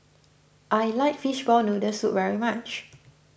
I like Fishball Noodle Soup very much